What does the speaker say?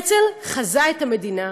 הרצל חזה את המדינה,